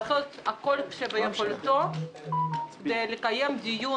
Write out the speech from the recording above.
לעשות את כל שביכולתו כדי לקיים דיון